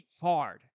hard